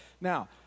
Now